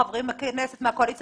חברי כנסת מהקואליציה